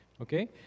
okay